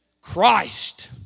Christ